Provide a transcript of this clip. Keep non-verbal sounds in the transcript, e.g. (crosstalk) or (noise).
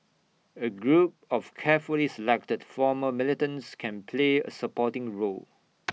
A group of carefully selected former militants can play A supporting role (noise)